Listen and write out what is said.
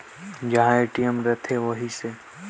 ATM card ले कोन कोन सा जगह ले पइसा निकाल सकथे?